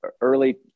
early